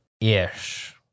ish